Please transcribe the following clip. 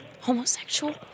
homosexual